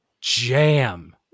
jam